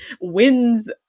wins